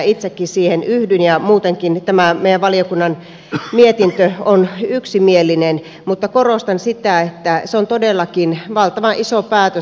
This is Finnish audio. itsekin siihen yhdyn ja muutenkin tämä meidän valiokunnan mietintö on yksimielinen mutta korostan sitä että se on todellakin valtavan iso päätös